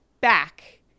back